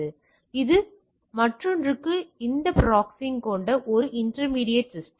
எனவே இது மற்றொன்றுக்கு இந்த ப்ராக்ஸிங் கொண்ட ஒரு இன்டர்மீடியட் சிஸ்டம்